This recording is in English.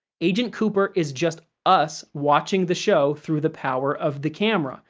agent cooper is just us watching the show through the power of the camera,